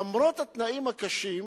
למרות התנאים הקשים,